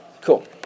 cool